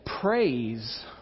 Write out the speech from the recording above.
praise